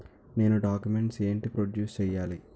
నేను డాక్యుమెంట్స్ ఏంటి ప్రొడ్యూస్ చెయ్యాలి?